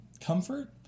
comfort